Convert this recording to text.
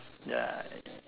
ya